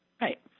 Right